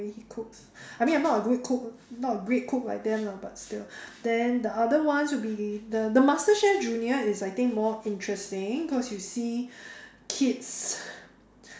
the way he cooks I mean I'm not a great cook I'm not a great cook like them lah but still then the other ones would be the the masterchef junior is I think more interesting cause you see kids